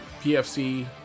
PFC